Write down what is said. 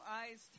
eyes